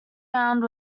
round